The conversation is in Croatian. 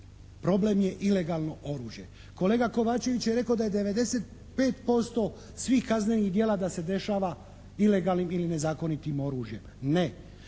Problem je ilegalno oružje. Kolega Kovačević je rekao da je 95% svih kaznenih djela da se dešava ilegalnim ili nezakonitim oružje. Ne,